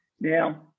Now